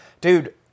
dude